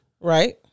right